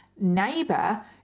neighbor